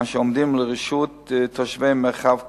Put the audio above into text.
אשר עומדים לרשות תושבי מרחב כרמל.